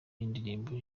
y’indirimbo